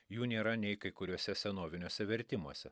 jų nėra nei kai kuriuose senoviniuose vertimuose